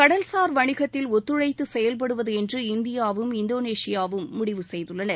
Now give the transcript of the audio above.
கடல்சார் வணிகத்தில் ஒத்துழைத்து செயல்படுவது என்று இந்தியாவும் இந்தோனேஷியாவும் முடிவு செய்குள்ளன